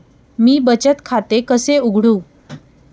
मी बचत खाते कसे उघडू?